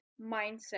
mindset